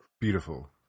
beautiful